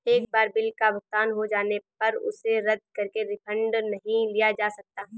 एक बार बिल का भुगतान हो जाने पर उसे रद्द करके रिफंड नहीं लिया जा सकता